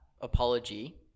apology